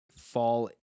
fall